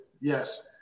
Yes